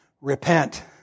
Repent